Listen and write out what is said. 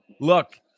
look